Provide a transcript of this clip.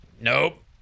Nope